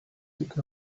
stick